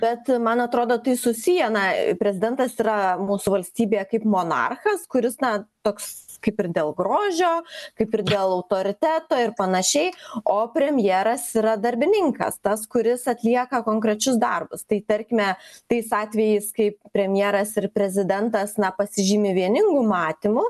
bet man atrodo tai susiję na prezidentas yra mūsų valstybėje kaip monarchas kuris na toks kaip ir dėl grožio kaip ir dėl autoriteto ir panašiai o premjeras yra darbininkas tas kuris atlieka konkrečius darbus tai tarkime tais atvejais kai premjeras ir prezidentas na pasižymi vieningu matymu